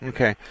Okay